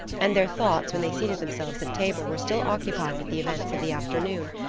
and their thoughts when they seated themselves at table were still occupied with the events of the afternoon,